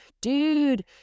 dude